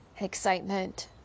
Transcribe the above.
excitement